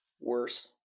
worse